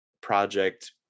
project